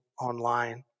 online